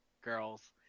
girls